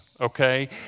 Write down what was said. okay